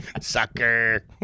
Sucker